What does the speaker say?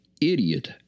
idiot